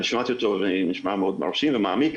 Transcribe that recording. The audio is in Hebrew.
שמעתי אותו והוא נשמע מאוד מרשים ומעמיק,